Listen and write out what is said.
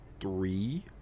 three